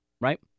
right